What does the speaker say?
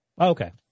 Okay